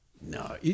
No